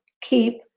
keep